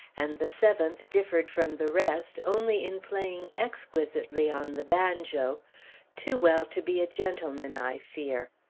and the seventh differed from the rest only in playing exquisitely on the banjo too well to be a gentleman, i fear.